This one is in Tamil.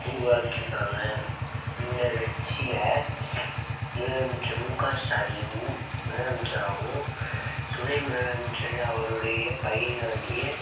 உருவாக்கியிருக்காங்க இந்த கட்சியில் முதலமைச்சர் முக ஸ்டாலின் முதலமைச்சராகவும் துணை முதலமைச்சர் அவருடைய பையனாகிய